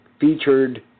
featured